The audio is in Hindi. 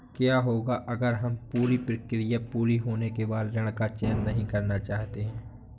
क्या होगा अगर हम पूरी प्रक्रिया पूरी होने के बाद ऋण का चयन नहीं करना चाहते हैं?